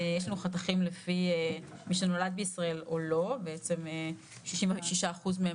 יש לנו חתכים לפי מי שנולד בישראל או לא ובעצם 66% מהם